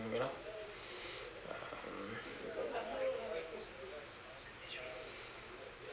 mm you know um